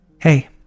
Hey